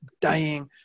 dying